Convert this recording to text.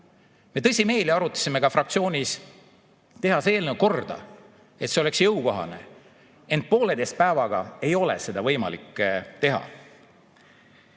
Me tõsimeeli arutasime ka fraktsioonis, kuidas teha see eelnõu korda, et see oleks jõukohane. Ent pooleteise päevaga ei ole seda võimalik teha.